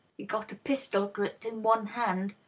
he's got a pistol gripped in one hand.